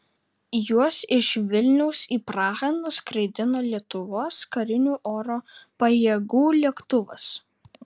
juos iš vilniaus į prahą nuskraidino lietuvos karinių oro pajėgų lėktuvas